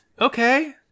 okay